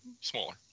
smaller